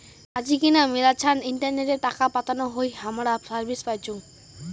আজিকেনা মেলাছান ইন্টারনেটে টাকা পাতানো হই হামরা সার্ভিস পাইচুঙ